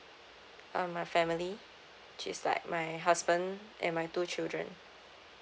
um my family which is like my husband and my two children